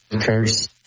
curse